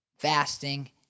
fasting